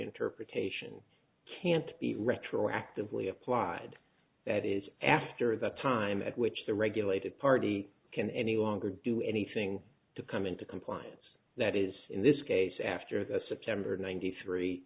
interpretation can't be retroactively applied that is after the time at which the regulated party can any longer do anything to come into compliance that is in this case after the september ninety three